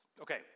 Okay